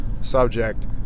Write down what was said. subject